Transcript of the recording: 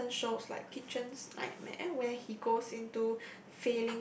certain shows like Kitchen's Nightmare where he goes into